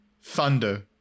thunder